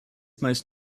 most